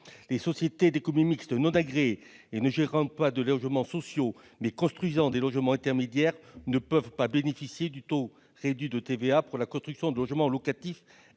Les sociétés d'économie mixte non agréées, ne gérant pas de logements sociaux, mais construisant des logements intermédiaires, ne peuvent cependant pas bénéficier de taux réduit de TVA pour la construction de logements locatifs